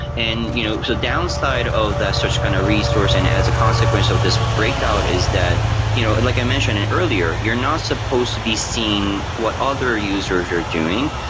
and you know so, downside of that such kind of resource and as a consequence of this breakout is that you know and like i mentioned and earlier. you're not supposed to be seeing what other users are doing.